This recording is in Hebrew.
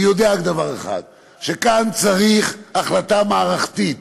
אני יודע רק דבר אחד: שכאן צריך החלטה מערכתית